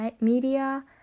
media